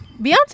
Beyonce